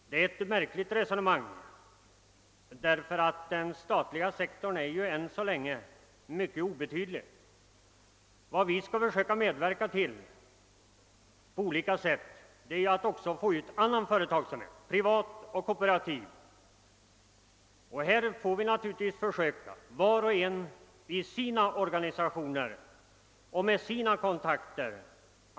Det är ett märkligt resonemang, eftersom den statliga sektorn ju ännu så länge är mycket obetydlig. Vi bör försöka att på olika sätt medverka till att också få ut i landet annan företagsamhet, privat och kooperativ. Vi får göra detta var och en i sina organisationer och med sina kontakter.